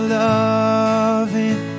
loving